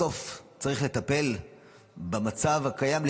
בסוף, צריך לטפל במצב הקיים.